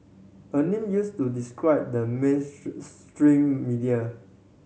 a name used to describe the mains stream media